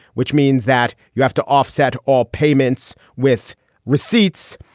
which means that you have to offset all payments with receipts.